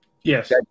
yes